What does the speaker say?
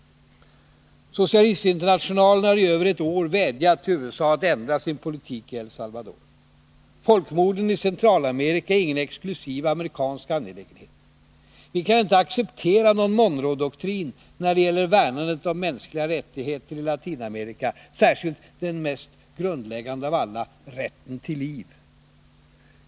Socialistinternationalen har i över ett år vädjat till USA att ändra sin politik i El Salvador. Folkmorden i Centralamerika är ingen exklusiv amerikansk angelägenhet. Vi kan inte acceptera någon Monroedoktrin när det gäller värnandet om mänskliga rättigheter i Latinamerika, särskilt den mest grundläggande av alla, rätten till liv.